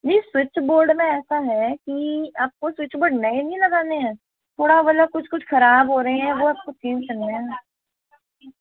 जी switchboard में ऐसा है कि आप को स्विचबोर्ड नए नहीं लगाने हैं थोड़ा मतलब कुछ कुछ ख़राब हो रहे हैं वो आप को चेंज करने हैं